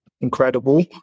incredible